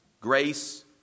Grace